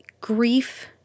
grief